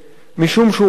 משום שהוא אנטי-חוקתי.